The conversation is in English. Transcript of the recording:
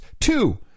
Two